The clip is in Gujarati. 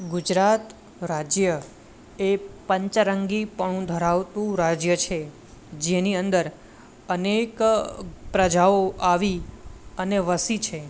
ગુજરાત રાજ્ય એ પંચરંગી પણું ધરાવતું રાજ્ય છે જેની અંદર અનેક પ્રજાઓ આવી અને વસી છે